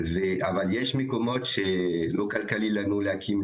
אבל יש מקומות שלא כלכלי לנו להקים.